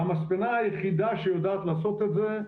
והמספנה היחידה שיודעת לעשות את זה,